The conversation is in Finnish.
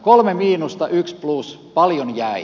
kolme miinusta yksi plus paljonko jäi